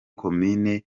komine